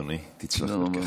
אדוני, תצלח דרכך.